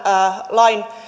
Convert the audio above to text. lain